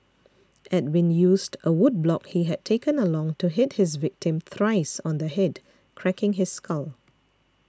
Edwin used a wood block he had taken along to hit his victim thrice on the head cracking his skull